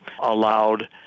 allowed